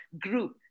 group